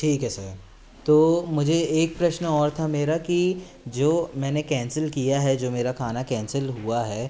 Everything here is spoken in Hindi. ठीक है सर तो मुझे एक प्रश्न और था मेरा कि जो मैंने कैंसिल किया है जो मेरा खाना कैंसिल हुआ है